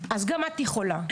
גם את יכולה.